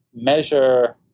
measure